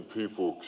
people